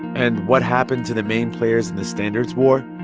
and what happened to the main players in the standards war?